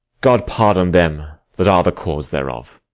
god pardon them that are the cause thereof!